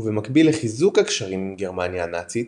ובמקביל לחיזוק הקשרים עם גרמניה הנאצית,